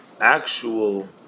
actual